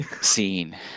Scene